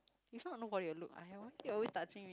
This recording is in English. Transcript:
if not nobody will look I have one kid always touching me